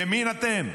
ימין אתם?